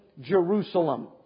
Jerusalem